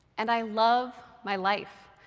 and i love my life.